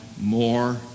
more